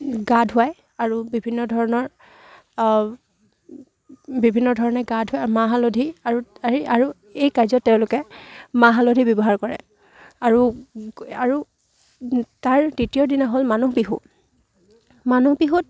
গা ধুৱায় আৰু বিভিন্ন ধৰণৰ বিভিন্ন ধৰণে গা ধুৱায় মাহ হালধি আৰু আৰে এই কাৰ্যত তেওঁলোকে মাহ হালধি ব্যৱহাৰ কৰে আৰু আৰু তাৰ দ্বিতীয় দিনা হ'ল মানুহ বিহু মানুহ বিহুত